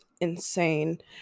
insane